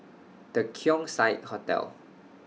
The Keong Saik Hotel